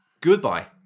Goodbye